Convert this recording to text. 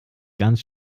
ganz